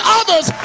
others